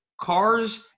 cars